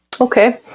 Okay